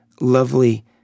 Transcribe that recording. lovely